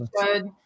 good